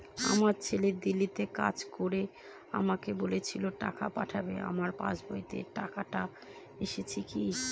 আমার ছেলে দিল্লীতে কাজ করে আমাকে বলেছিল টাকা পাঠাবে আমার পাসবইতে টাকাটা এসেছে কি?